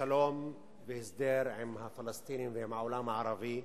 לשלום והסדר עם הפלסטינים ועם העולם הערבי,